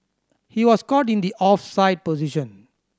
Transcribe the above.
he was caught in the offside position